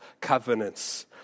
covenants